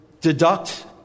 deduct